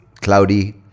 cloudy